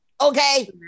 okay